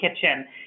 kitchen